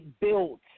built